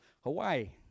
Hawaii